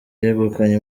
yegukanye